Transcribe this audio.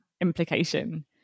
implication